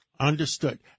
Understood